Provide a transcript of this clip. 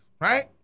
right